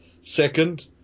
second